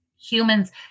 humans